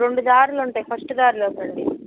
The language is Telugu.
రెండు దారులు ఉంటాయి ఫస్ట్ దారిలోకి రండి